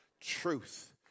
Truth